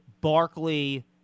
Barkley